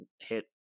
hit